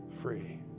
free